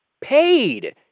paid